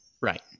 Right